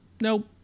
nope